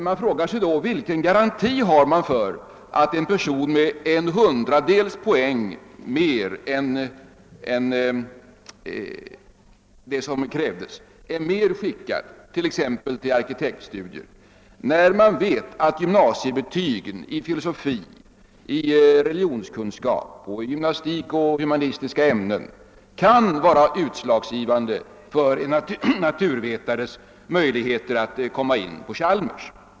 Man frågar sig då vilken garanti som finns för att en person med en hundradels poäng mer är bättre skickad för arkitektstudier när man vet att gymnasiebetygen i filosofi, religionskunskap, gymnastik och humanistiska ämnen kan vara utslagsgivande för en naturvetares möjligheter att komma in på Chalmers.